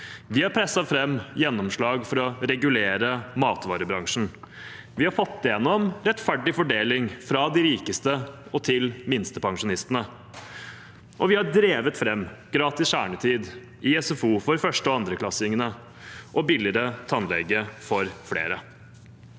Vi har presset fram gjennomslag for å regulere matvarebransjen, vi har fått igjennom rettferdig fordeling fra de rikeste og til minstepensjonistene, og vi har drevet fram gratis kjernetid i SFO for første- og andreklassingene og billigere tannlege for flere.